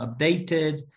updated